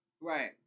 Right